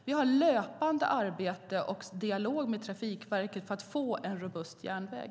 Vi har löpande dialog och arbete med Trafikverket för att få en robust järnväg.